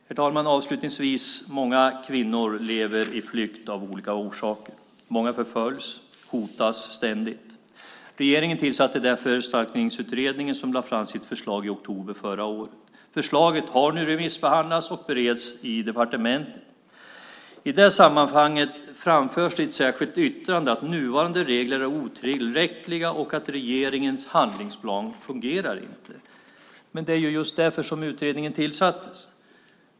Herr talman! Avslutningsvis lever många kvinnor i flykt av olika orsaker. Många förföljs och hotas ständigt. Regeringen tillsatte därför Stalkningsutredningen som lade fram sitt förslag i oktober förra året. Förslaget har nu remissbehandlats och bereds i departementet. I det sammanhanget framförs det i ett särskilt yttrande att nuvarande regler är otillräckliga och att regeringens handlingsplan inte fungerar. Men det var ju just därför som utredningen tillsattes.